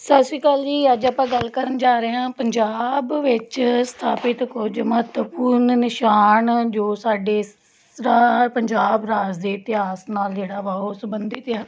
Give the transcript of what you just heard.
ਸਤਿ ਸ਼੍ਰੀ ਅਕਾਲ ਜੀ ਅੱਜ ਆਪਾਂ ਗੱਲ ਕਰਨ ਜਾ ਰਹੇ ਹਾਂ ਪੰਜਾਬ ਵਿੱਚ ਸਥਾਪਿਤ ਕੁਝ ਮਹੱਤਵਪੂਰਨ ਨਿਸ਼ਾਨ ਜੋ ਸਾਡੇ ਸ ਰਾਜ ਪੰਜਾਬ ਰਾਜ ਦੇ ਇਤਿਹਾਸ ਨਾਲ ਜਿਹੜਾ ਵਾ ਉਹ ਸੰਬੰਧਿਤ ਆ